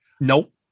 nope